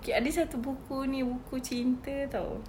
okay ada satu buku ini buku cinta tahu